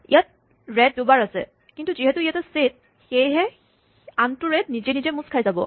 ইয়াত ৰেড দুবাৰ আছে কিন্তু যিহেতু ই এটা ছেট সেয়েহে আনটো ৰে়ড নিজে নিজে মোচ খাই যাব